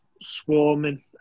swarming